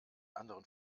anderen